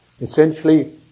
essentially